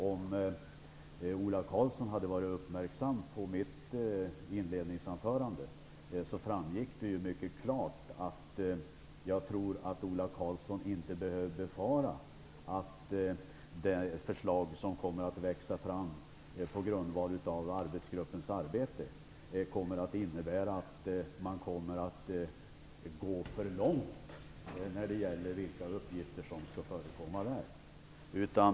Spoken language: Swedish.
Om Ola Karlsson hade varit uppmärksam på mitt inledningsanförande framgick det mycket klart att Ola Karlsson inte behöver befara att det förslag som kommer att växa fram på grundval av arbetsgruppens arbete innebär att man går för långt när det gäller vilka uppgifter som skall förekomma.